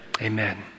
Amen